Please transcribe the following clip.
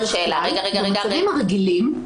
במצבים הרגילים,